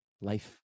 life